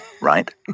right